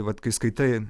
vat kai skaitai